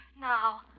Now